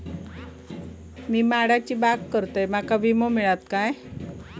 मी माडाची बाग करतंय माका विमो मिळात काय?